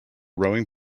rowing